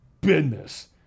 business